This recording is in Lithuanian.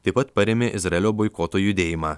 taip pat parėmė izraelio boikoto judėjimą